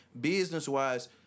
business-wise